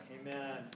Amen